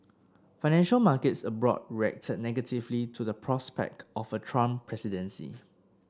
financial markets abroad negatively to the prospect of a Trump presidency